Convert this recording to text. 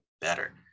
better